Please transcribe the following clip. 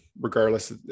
regardless